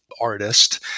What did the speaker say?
artist